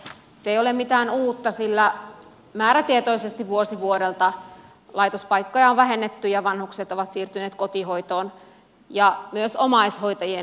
se ei ole mitään uutta sillä määrätietoisesti vuosi vuodelta laitospaikkoja on vähennetty ja vanhukset ovat siirtyneet kotihoitoon ja myös omaishoitajien hoidettaviksi